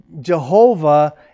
Jehovah